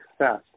success